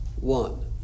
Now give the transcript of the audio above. one